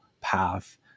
path